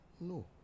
no